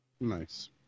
Nice